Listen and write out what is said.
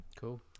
Cool